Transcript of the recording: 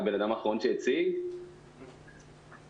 ב-5 השנים האחרונות השקענו מעל 50 מיליון שקלים בפיתוח הלמידה מרחוק.